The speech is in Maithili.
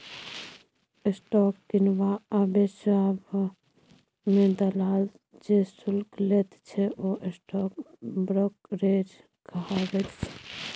स्टॉक किनबा आ बेचबा मे दलाल जे शुल्क लैत छै ओ स्टॉक ब्रोकरेज कहाबैत छै